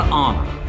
honor